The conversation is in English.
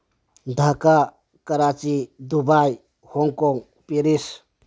Dhaka Karachi Dubai Hong Kong Paris